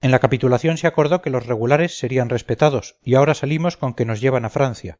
en la capitulación se acordó que los regulares serían respetados y ahora salimos con que nos llevan a francia